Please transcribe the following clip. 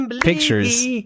Pictures